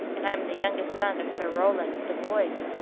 and i am the youngest son of sir rowland de boys,